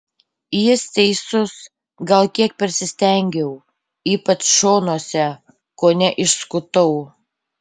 jis teisus gal kiek persistengiau ypač šonuose kone išskutau